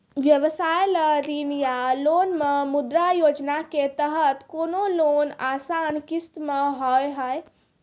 व्यवसाय ला ऋण या लोन मे मुद्रा योजना के तहत कोनो लोन आसान किस्त मे हाव हाय?